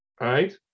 right